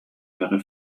wäre